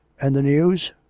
and the news?